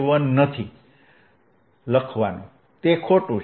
1 નથી લખવાનું તે ખોટું છે